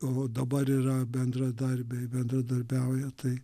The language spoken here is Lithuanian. o dabar yra bendradarbiai bendradarbiauja tai